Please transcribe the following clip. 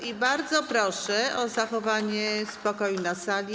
I bardzo proszę o zachowanie spokoju na sali.